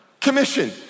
commission